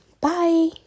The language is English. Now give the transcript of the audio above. Bye